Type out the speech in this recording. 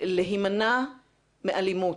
להימנע מאלימות.